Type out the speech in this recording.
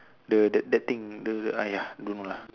the that that thing the !aiya! don't know lah